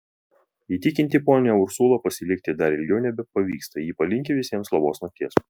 įtikinti ponią ursulą pasilikti dar ilgiau nebepavyksta ji palinki visiems labos nakties